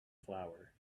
flower